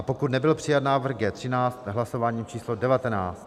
pokud nebyl přijat návrh G13 hlasováním číslo devatenáct